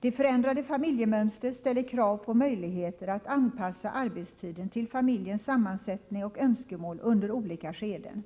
Det förändrade familjemönstret ställer krav på möjligheter att anpassa arbetstiden till familjens sammansättning och önskemål under olika skeden.